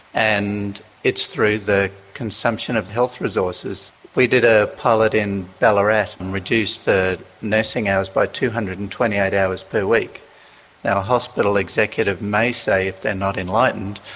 and it's through the consumption of health resources. we did a pilot in ballarat and reduced the nursing hours by two hundred and twenty eight hours per week. a hospital executive may say, if they are not enlightened,